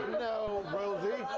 no, rosie